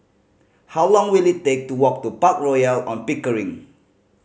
how long will it take to walk to Park Royal On Pickering